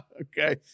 Okay